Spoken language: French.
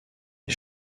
les